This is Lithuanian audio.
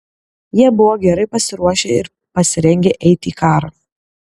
jie buvo gerai pasiruošę ir pasirengę eiti į karą